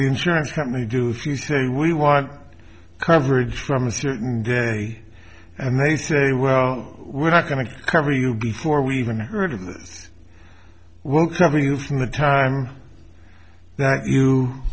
insurance company do you say we want coverage from a certain day and they say well we're not going to cover you before we even heard of this will cover you from the time that you